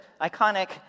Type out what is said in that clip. iconic